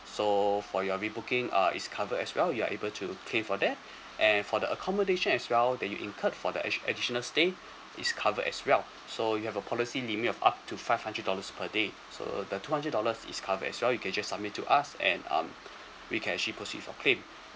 so for your rebooking uh is covered as well you're able to claim for that and for the accommodation as well that you incurred for the ad~ additional stay is covered as well so you have a policy limit of up to five hundred dollars per day so the two hundred dollars is covered as well you can just submit to us and um we can actually proceed for claim